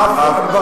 עפו